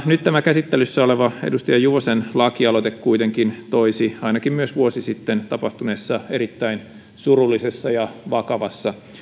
nyt käsittelyssä oleva edustaja juvosen lakialoite kuitenkin toisi myös ainakin vuosi sitten tapahtuneessa erittäin surullisessa ja vakavassa